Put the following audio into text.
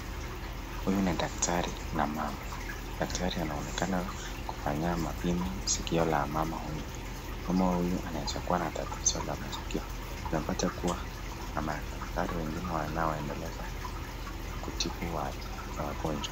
Huyu ni daktari na mama. Daktari anaonekana kufanya mapimo sikio la mama huyo. Mama huyu inaweza kuwa na tatizo la masikio. Tunapata kuwa kuna madaktari wengine wanaoendeleza shughuli ya kutibu wagonjwa.